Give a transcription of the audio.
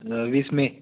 वीस मे